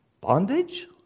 Bondage